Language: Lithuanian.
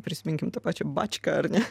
prisiminkim tą pačią bačką ar ne